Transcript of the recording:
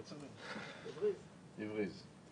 משרד הביטחון.